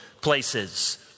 places